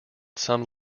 some